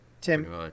Tim